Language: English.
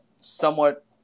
somewhat